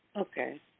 Okay